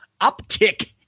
uptick